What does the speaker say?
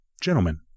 Gentlemen